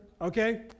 okay